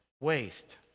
waste